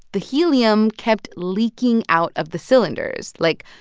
the helium kept leaking out of the cylinders, like,